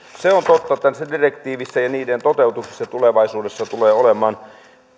se on totta että direktiiveissä ja niiden toteutuksessa tulevaisuudessa tulee olemaan